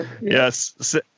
Yes